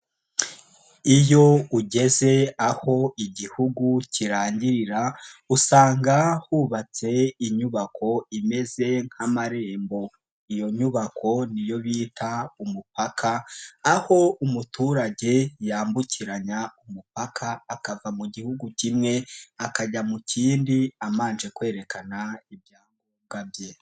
Iyo ugeze aho Igihugu kirangirira usanga hubatse inyubako imeze nk'amarembo, iyo nyubako niyo bita umupaka, aho umuturage yambukiranya umupaka, akava mu gihugu kimwe akajya mu kindi abanje kwerekana ibyangombwa bye.